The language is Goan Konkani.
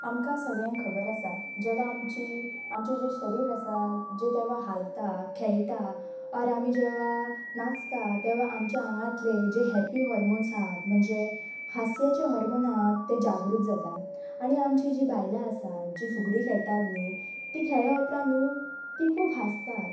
आमकां सगळ्यांक खबर आसा जेवा आमची आमचे जे शरीर आसा जे तेवा हालता खेळटा ऑर आमी जेवा नाचता तेवा आमच्या आंगांतले जे हॅपी हॉर्मोन्स आहात म्हणजे हस्याचे हॉर्मोन आहात ते जागृत जातात आनी आमची जीं बायलां आससा जी फुगडी खेळटात न्ही ती खेळळे उपरांत नू ती खूब हांसतात